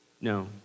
No